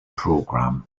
programme